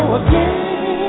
again